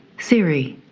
siri,